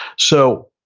so,